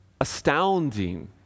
astounding